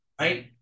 Right